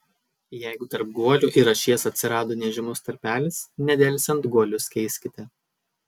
jeigu tarp guolių ir ašies atsirado nežymus tarpelis nedelsiant guolius keiskite